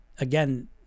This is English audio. again